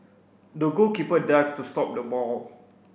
the goalkeeper dived to stop the ball